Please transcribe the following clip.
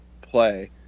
play